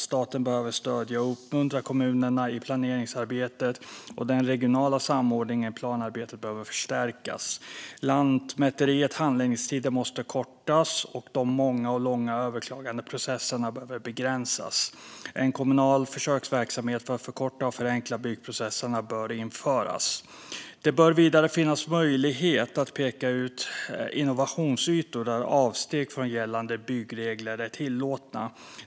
Staten behöver stödja och uppmuntra kommunerna i planeringsarbetet, och den regionala samordningen i planarbetet behöver förstärkas. Lantmäteriets handläggningstider måste förkortas, och de många och långa överklagandeprocesserna behöver begränsas. En kommunal försöksverksamhet för att förkorta och förenkla byggprocesser bör införas. Det bör vidare finnas möjlighet att peka ut innovationsytor där avsteg från gällande byggregler är tillåtna.